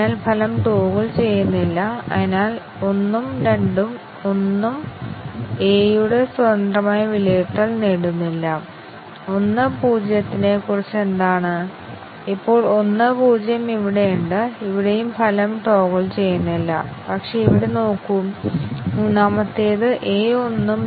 അതിനാൽ കംപൈലർ നടത്തിയ short circuit വിലയിരുത്തൽ ടെസ്റ്റ് കേസുകളുടെ എണ്ണം കുറഞ്ഞ സംഖ്യയായി കുറയ്ക്കുന്നു പക്ഷേ എല്ലായ്പ്പോഴും അല്ല നമുക്കറിയില്ല ഒരു നിർദ്ദിഷ്ട കംപൈലറിനുള്ള ഷോർട്ട് സർക്യൂട്ട് വിലയിരുത്തൽ എന്താണ്